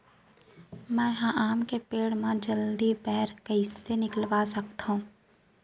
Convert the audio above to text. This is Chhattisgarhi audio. मैं ह आम के पेड़ मा जलदी बौर कइसे निकलवा सकथो?